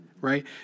right